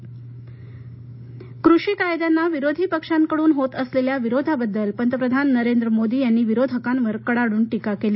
पंतप्रधान कषी कायदे कृषी कायदयांना विरोधी पक्षांकडून होत असलेल्या विरोधाबद्दल पंतप्रधान नरेंद्र मोदी यांनी विरोधकांवर कडाडून टीका केली